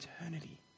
eternity